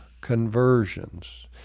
conversions